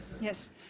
Yes